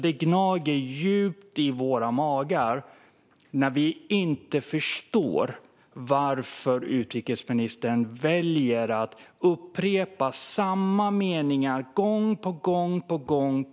Det gnager djupt i våra magar när vi inte förstår varför utrikesministern väljer att upprepa samma meningar gång på gång.